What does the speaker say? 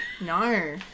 No